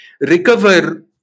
recover